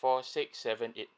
four six seven eight